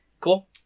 Cool